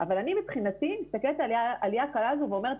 אבל אני מבחינתי מסתכלת על העלייה הקלה הזו ואומרת,